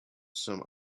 some